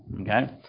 okay